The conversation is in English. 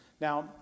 Now